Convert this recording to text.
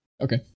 Okay